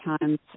times